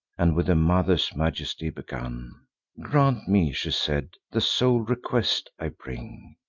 and with a mother's majesty begun grant me, she said, the sole request i bring,